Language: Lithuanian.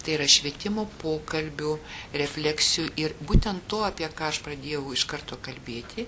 tai yra švietimo pokalbių refleksijų ir būtent to apie ką aš pradėjau iš karto kalbėti